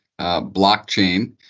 blockchain